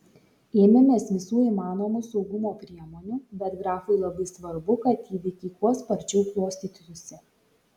ėmėmės visų įmanomų saugumo priemonių bet grafui labai svarbu kad įvykiai kuo sparčiau klostytųsi